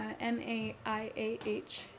M-A-I-A-H